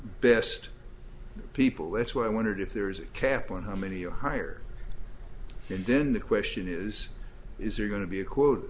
best people that's why i wondered if there is a cap on how many are hired and then the question is is there going to be a quote